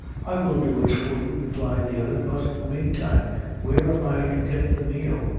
i will do it for you, replied the other but in the meantime where am i to get the meal?